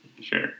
Sure